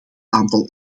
aantal